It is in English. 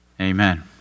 Amen